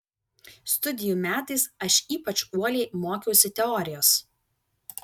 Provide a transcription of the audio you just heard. studijų metais aš ypač uoliai mokiausi teorijos